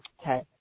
Okay